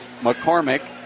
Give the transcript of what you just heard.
McCormick